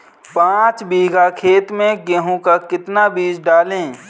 पाँच बीघा खेत में गेहूँ का कितना बीज डालें?